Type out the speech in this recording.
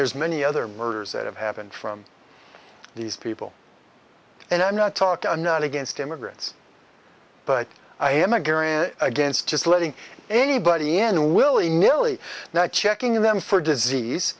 there's many other murders that have happened from these people and i'm not talking i'm not against immigrants but i am again against just letting anybody and willy nilly now checking them for disease